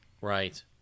Right